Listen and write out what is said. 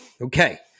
Okay